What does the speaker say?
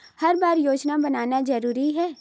हर बार योजना बनाना जरूरी है?